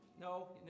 No